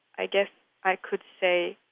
i guess i could say